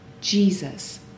Jesus